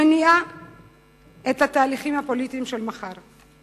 שמניעה את התהליכים הפוליטיים של מחר.